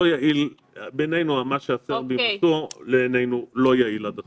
מה שהסרבים עשו לעינינו לא יעיל עד הסוף.